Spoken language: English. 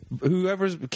Whoever's